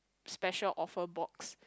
special offer box